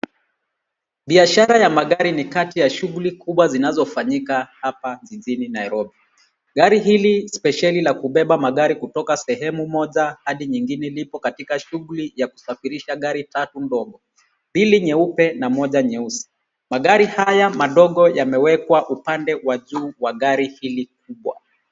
Biashara ya magari ni kati ya biashara kubwa inayofanyika hapa jijini Nairobi. Gari hili spesheli ya kubeba magari kutoka sehemu moja hadi nyingine lipo katika shuguli ya kusafirisha gari tatu ndogo, mbili nyeupe na moja nyeusi. Magari haya madogo yamewekwa upande wa juu wa gari hili kubwa.